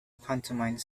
pantomime